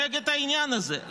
נגד העניין הזה.